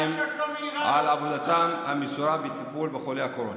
על עבודתם המסורה בטיפול בחולי הקורונה.